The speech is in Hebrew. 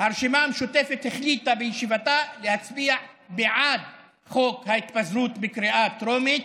הרשימה המשותפת החליטה בישיבתה להצביע בעד חוק ההתפזרות בקריאה טרומית.